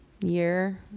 year